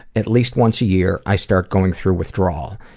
at least once a year, i start going through withdrawal.